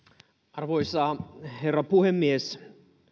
arvoisa herra puhemies